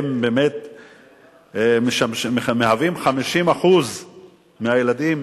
והם מהווים 50% מהילדים